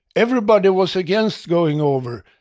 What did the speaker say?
everybody was against going over.